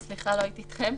סליחה, לא הייתי אתכם.